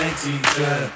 teacher